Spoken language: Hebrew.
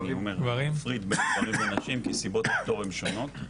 אצל נשים סיבות הפטור הן שונות.